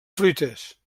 fruiters